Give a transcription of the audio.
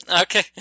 Okay